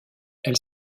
elle